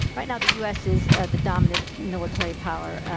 right now the u. s. is the dominant military power,